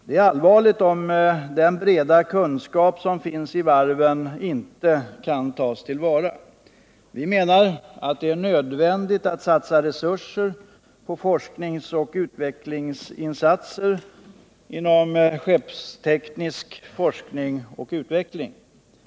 Det är allvarligt om den breda kunskap som finns inom varven inte tas till vara. Vi menar att det är nödvändigt att satsa resurser på insatser inom skeppsteknisk forskning och utveckling.